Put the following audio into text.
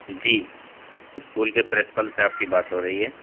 جی school کے principal صاحب کی بات ہو رہی ہے